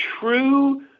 true